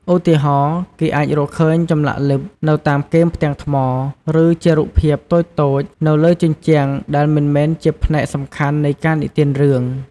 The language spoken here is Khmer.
ឧទាហរណ៍ គេអាចរកឃើញចម្លាក់លិបនៅតាមគែមផ្ទាំងថ្ម ឬជារូបភាពតូចៗនៅលើជញ្ជាំងដែលមិនមែនជាផ្នែកសំខាន់នៃការនិទានរឿង។